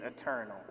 eternal